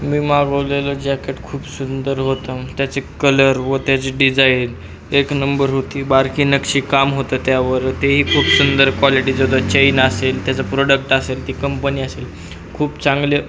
मी मागवलेलं जॅकेट खूप सुंदर होतं त्याच कलर व त्याची डिझाईन एक नंबर होती बारकी नक्षी काम होतं त्यावर ते ही खूप सुंदर क्वालिटीचं होतं चैन असेल त्याचं प्रोडक्ट असेल ती कंपनी असेल खूप चांगले